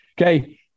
Okay